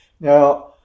Now